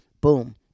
Boom